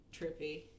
trippy